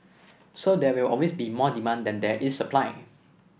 so there will always be more demand than there is supply